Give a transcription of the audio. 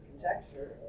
conjecture